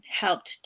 helped